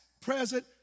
present